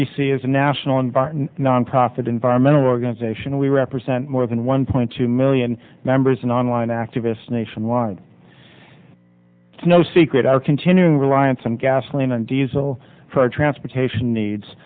c is a national environment nonprofit environmental organization we represent more than one point two million members and online activists nationwide it's no secret our continuing reliance on gasoline and diesel for our transportation needs